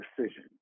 decision